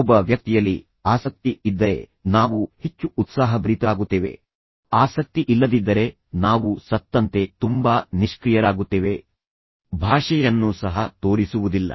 ಒಬ್ಬ ವ್ಯಕ್ತಿಯಲ್ಲಿ ಆಸಕ್ತಿ ಇದ್ದರೆ ನಾವು ಹೆಚ್ಚು ಉತ್ಸಾಹಭರಿತರಾಗುತ್ತೇವೆ ಆಸಕ್ತಿ ಇಲ್ಲದಿದ್ದರೆ ನಾವು ಸತ್ತಂತೆ ತುಂಬಾ ನಿಷ್ಕ್ರಿಯರಾಗುತ್ತೇವೆ ಭಾಷೆಯನ್ನು ಸಹ ತೋರಿಸುವುದಿಲ್ಲ